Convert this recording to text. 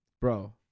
bro